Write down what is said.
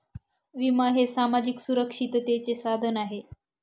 विमा हे सामाजिक सुरक्षिततेचे साधन आहे